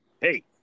Hey